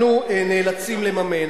אנחנו נאלצים לממן.